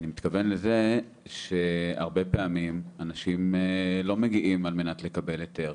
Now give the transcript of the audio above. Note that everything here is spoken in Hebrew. אני מתכוון לזה שהרבה פעמים אנשים לא מגיעים על מנת לקבל היתר,